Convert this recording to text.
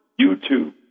YouTube